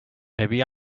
maybe